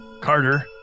Carter